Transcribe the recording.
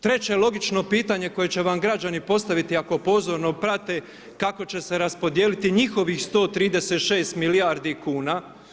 Treće logično pitanje koje će vam građani postaviti ako pozorno prate, kako će se raspodijeliti njihovih 136 milijardi kuna.